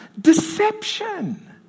deception